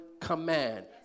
command